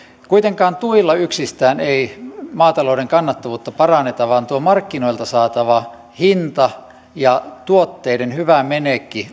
kuitenkaan tuilla yksistään ei maatalouden kannattavuutta paranneta vaan tuo markkinoilta saatava hinta ja tuotteiden hyvä menekki